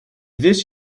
this